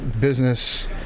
business